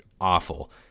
awful